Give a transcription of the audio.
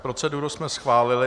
Proceduru jsme schválili.